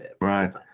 Right